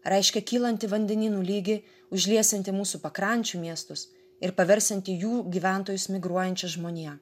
reiškia kylantį vandenynų lygį užliesiantį mūsų pakrančių miestus ir paversianti jų gyventojus migruojančia žmonija